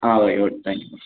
ah okay okay thank you